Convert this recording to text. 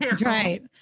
Right